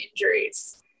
injuries